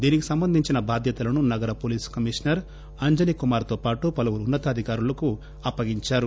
దీనికి సంబంధించిన టాధ్యతలను నగర పోలీసు కమిషనర్ అంజనీ కుమార్తో పాటు పలువురు ఉన్నతాధికారులకు అప్పగించారు